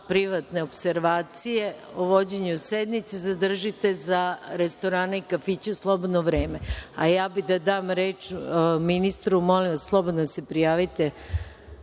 privatne opservacije o vođenju sednice zadržite za restorane i kafiće u slobodno vreme. Dala bih reč ministru. Molim vas, slobodno se prijavite